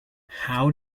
how